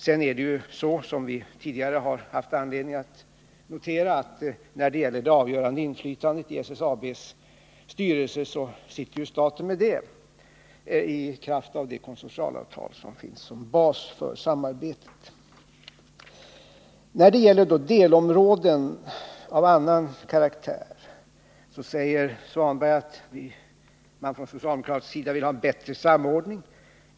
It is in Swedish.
Sedan är det så, som vi tidigare haft anledning att notera, att staten, i kraft av det konsortialavtal som utgör bas för samarbetet, har det avgörande inflytandet i SSAB:s styrelse. När det gäller delområden av annan karaktär säger Ingvar Svanberg att man på socialdemokratiskt håll vill ha en bättre samordning.